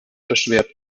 erschwert